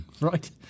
Right